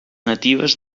natives